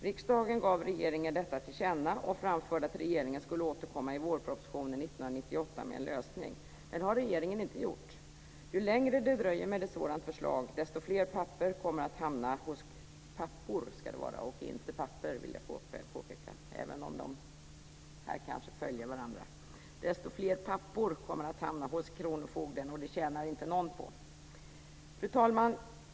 Riksdagen gav regeringen detta till känna och framförde att regeringen skulle återkomma i vårpropositionen 1998 med en lösning. Men det har regeringen inte gjort. Ju längre det dröjer med ett sådant förslag desto fler pappor kommer att hamna hos kronofogden, och det tjänar inte någon på. Fru talman!